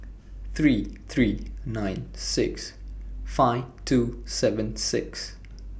three three nine six five two seven six